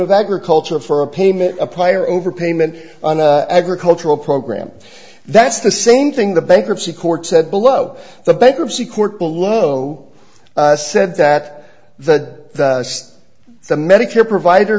of agriculture for a payment a prior overpayment agricultural program that's the same thing the bankruptcy court said below the bankruptcy court below said that the the medicare provider